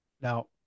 Now